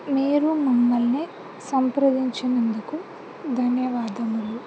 మీరు మమ్మల్ని సంప్రదించినందుకు ధన్యవాదములు